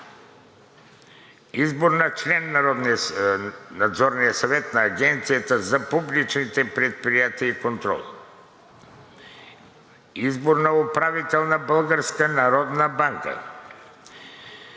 Избор на член на Надзорния съвет на Агенцията за публичните предприятия и контрол. Избор на управител на Българската народна банка.